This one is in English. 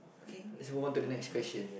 okay let's move on to the next question